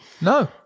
No